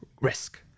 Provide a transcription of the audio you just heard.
risk